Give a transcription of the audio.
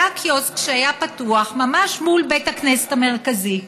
קיוסק שהיה פתוח ממש מול בית הכנסת המרכזי,